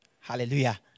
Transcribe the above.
Hallelujah